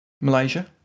Malaysia